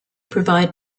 provide